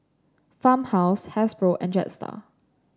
Farmhouse Hasbro and Jetstar